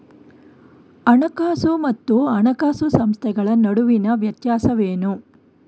ಹಣಕಾಸು ಮತ್ತು ಹಣಕಾಸು ಸಂಸ್ಥೆಗಳ ನಡುವಿನ ವ್ಯತ್ಯಾಸವೇನು?